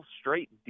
straight